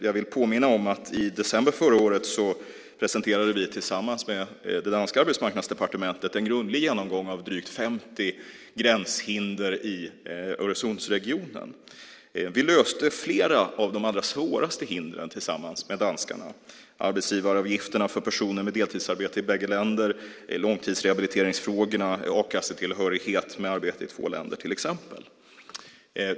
Jag vill påminna om att vi tillsammans med det danska arbetsmarknadsdepartementet i december förra året presenterande en grundlig genomgång av drygt 50 gränshinder i Öresundsregionen. Vi löste flera av de allra svåraste hindren tillsammans med danskarna, arbetsgivaravgifterna för personer med deltidsarbete i bägge länder, långtidsrehabiliteringsfrågorna, a-kassetillhörighet med arbete i två länder, till exempel.